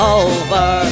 over